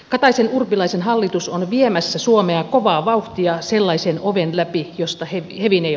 kataisenurpilaisen hallitus on viemässä suomea kovaa vauhtia sellaisen oven läpi josta hevin ei